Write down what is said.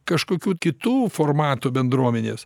kažkokių kitų formatų bendruomenės